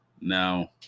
Now